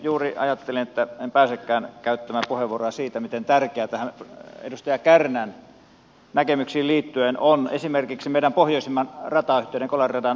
juuri ajattelin että en pääsekään käyttämään puheenvuoroa siitä miten tärkeä edustaja kärnän näkemyksiin liittyen on esimerkiksi meidän pohjoisimman ratayhteyden kolari radan sähköistys